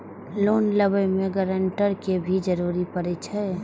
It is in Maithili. लोन लेबे में ग्रांटर के भी जरूरी परे छै?